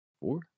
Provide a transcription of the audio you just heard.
four